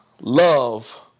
love